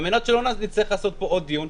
על מנת שלא נצטרך לעשות פה עוד דיון,